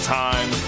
time